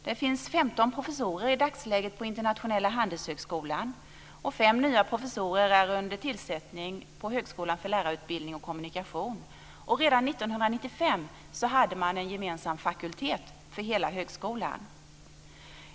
Det finns 15 professorer i dagsläget på Internationella Handelshögskolan, och 5 nya professorer är under tillsättning på Högskolan för lärarutbildning och kommunikation. Redan 1995 hade man en gemensam fakultet för hela högskolan.